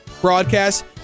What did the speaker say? broadcast